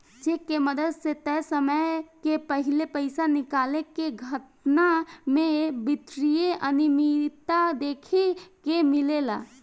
check के मदद से तय समय के पाहिले पइसा निकाले के घटना में वित्तीय अनिमियता देखे के मिलेला